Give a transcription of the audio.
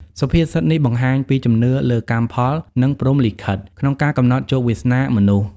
សុភាសិតនេះបង្ហាញពីជំនឿលើ «កម្មផល» និង «ព្រហ្មលិខិត» ក្នុងការកំណត់ជោគវាសនាមនុស្ស។